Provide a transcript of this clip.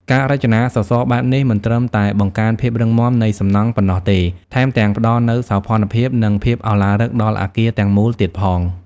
ការរចនាសសរបែបនេះមិនត្រឹមតែបង្កើនភាពរឹងមាំនៃសំណង់ប៉ុណ្ណោះទេ ថែមទាំងផ្តល់នូវសោភ័ណភាព និងភាពឱឡារិកដល់អគារទាំងមូលទៀតផង។